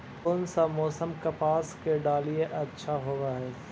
कोन सा मोसम कपास के डालीय अच्छा होबहय?